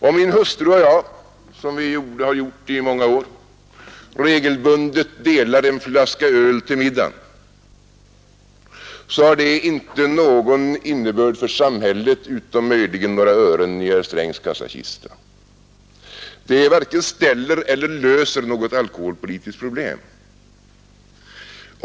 Om min hustru och jag som vi gjort i många år regelbundet delar en flaska öl till middagen har det inte någon innebörd för samhället utom möjligen några ören i herr Strängs kassakista. Det varken ställer eller löser något alkoholpolitiskt problem.